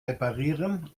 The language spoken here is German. reparieren